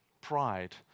pride